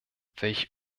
welch